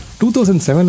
2007